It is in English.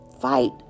fight